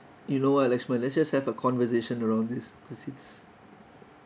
you know what letchman let's just have a conversation around this cause it's